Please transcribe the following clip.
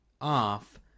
off